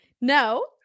No